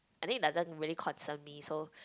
I think it doesn't really concern me so